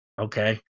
okay